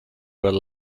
were